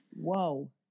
whoa